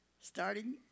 Starting